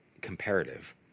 comparative